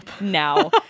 now